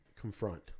confront